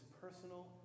personal